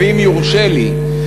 ואם יורשה לי,